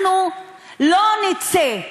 אנחנו לא נצא,